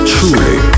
Truly